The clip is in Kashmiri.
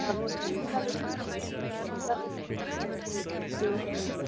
آ چلو چلو چلو ٹھیٖک